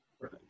Right